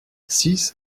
six